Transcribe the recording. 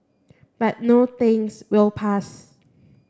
but no thanks we'll pass